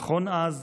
נכון אז,